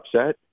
upset